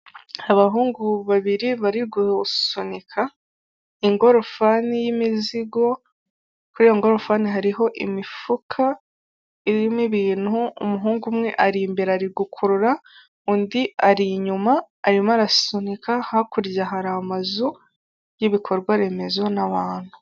Abahungu babiri bari gusunika gorofani y'imizigo, kuri iyo ngororofani hariho imifuka irimo ibintu, umuhungu umwe ari imbere ari gukurura undi ari inyuma arimo arasunika, hakurya hari amazu y'ibikorwa remezo n'abantu.